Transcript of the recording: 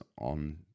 on